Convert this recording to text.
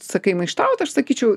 sakai maištaut aš sakyčiau